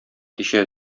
кичә